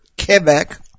Quebec